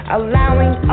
allowing